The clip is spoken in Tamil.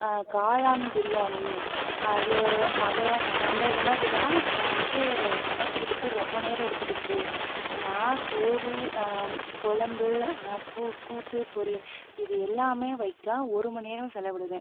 காளான் பிரியாணி அது அதை அந்த உணவு தான் நான் வந்துட்டு சமைக்கிறதுக்கு ரொம்ப நேரம் எடுத்துகிச்சி நான் சோறு குழம்பு கூ கூட்டு பொரியல் இது எல்லாமே வைக்க ஒரு மணி நேரம் செலவிடுவேன்